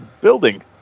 building